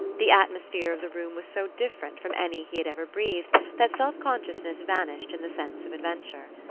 the atmosphere of the room was so different from any he had ever breathed that self-consciousness vanished in the sense of adventure.